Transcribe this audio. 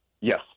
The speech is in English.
Yes